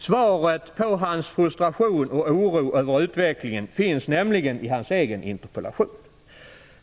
Svaret på hans frustration och oro över utvecklingen finns nämligen i hans egen interpellation.